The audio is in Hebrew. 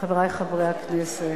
חברי חברי הכנסת,